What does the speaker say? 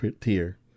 tier